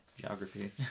Geography